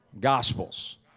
Gospels